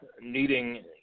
needing